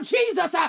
Jesus